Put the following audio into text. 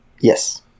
yes